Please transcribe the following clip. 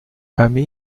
amis